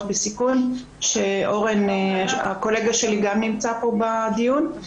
בסיכון שאורן הקולגה שלי גם נמצא פה בדיון.